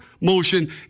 motion